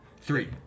three